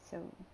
so